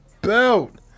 belt